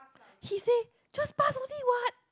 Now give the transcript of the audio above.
he say just passed only what